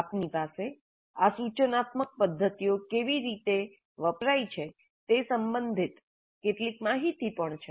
આપની પાસે આ સૂચનાત્મક પદ્ધતિઓ કેવી રીતે વપરાઇ છે તે સંબંધિત કેટલીક માહિતી પણ છે